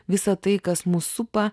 visa tai kas mus supa